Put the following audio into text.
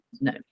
no